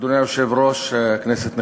אדוני היושב-ראש, כנסת נכבדה,